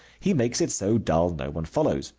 he makes it so dull no one follows.